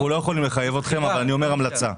אנחנו לא יכולים לחייב אתכם אבל אני אומר המלצה.